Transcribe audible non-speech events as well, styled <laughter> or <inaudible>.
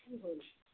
<unintelligible>